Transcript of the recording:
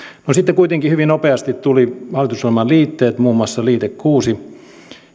sitten kuitenkin hyvin nopeasti tulivat hallitusohjelman liitteet muun muassa liite kuusi